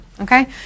okay